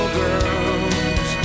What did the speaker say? girls